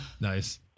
Nice